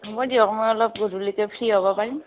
হ'ব দিয়ক মই অলপ গধূলিকৈ ফ্ৰী হ'ব পাৰিম